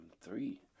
three